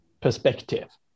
perspective